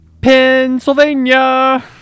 Pennsylvania